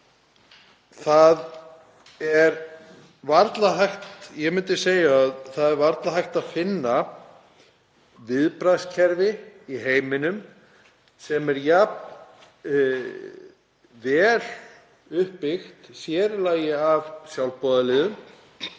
það sé varla hægt að finna viðbragðskerfi í heiminum sem er jafn vel uppbyggt, sér í lagi af sjálfboðaliðum.